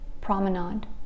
Promenade